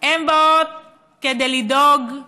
הן באות כדי "לדאוג"